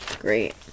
Great